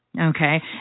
Okay